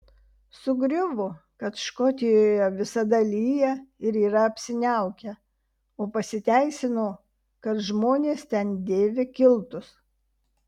sugriuvo kad škotijoje visada lyja ir yra apsiniaukę o pasiteisino kad žmonės ten dėvi kiltus